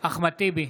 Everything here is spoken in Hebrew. אחמד טיבי,